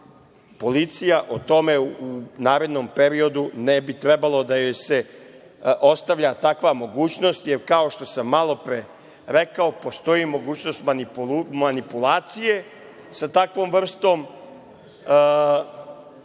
policija o tome u narednom periodu ne bi trebalo da joj se ostavlja takva mogućnost, jer kao što sam malopre rekao postoji mogućnost manipulacije sa takvom vrstom